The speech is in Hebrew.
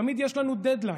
תמיד יש לנו דדליין.